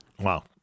Wow